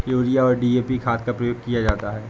urea और DAP खाद का प्रयोग किया जाता है